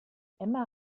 emma